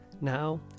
now